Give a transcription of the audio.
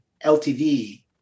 LTV